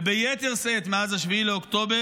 וביתר שאת מאז 7 באוקטובר,